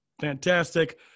fantastic